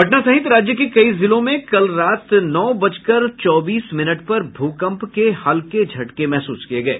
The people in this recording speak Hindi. पटना सहित राज्य के कई जिलों में कल रात नौ बजकर चौबीस मिनट पर भूकंप के हल्के झटके महसूस किये गये